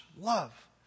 love